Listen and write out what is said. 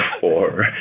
four